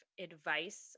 advice